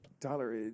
Tyler